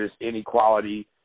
inequality